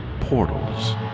portals